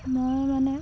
মই মানে